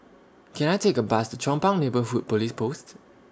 Can I Take A Bus to Chong Pang Neighbourhood Police Post